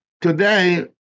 Today